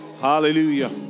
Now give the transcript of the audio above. Hallelujah